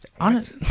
Honest